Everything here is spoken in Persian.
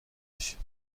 بشیم